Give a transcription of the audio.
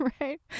right